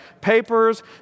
papers